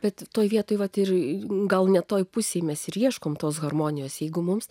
bet toje vietoj vat ir gal ne toje pusėje mes ir ieškome tos harmonijos jeigu mums